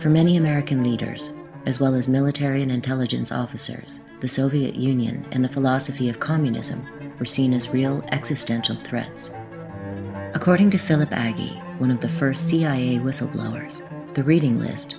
for many american leaders as well as military and intelligence officers the soviet union and the philosophy of communism were seen as real existential threats according to fill a baggie one of the first cia whistleblowers the reading list